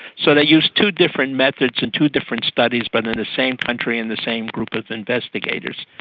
so they used two different methods and two different studies but in the same country and the same group of investigators,